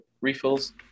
refills